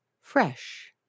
Fresh